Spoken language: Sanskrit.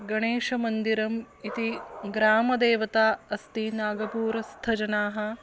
गणेशमन्दिरम् इति ग्रामदेवता अस्ति नागपूरस्थजनाः